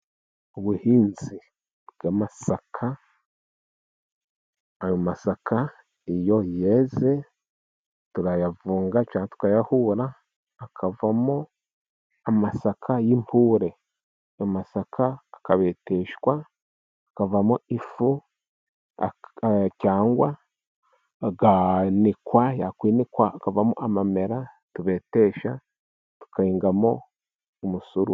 Ubuhinzi bw'amasaka ayo masaka iyo yeze turayavunga cya tukayahura akavamo amasaka y'impure, amasaka akabeteshwa akavamo ifu cyangwa yakwinikwa hakavamo amamera tubetesha tukayengamo umusuru.